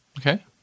Okay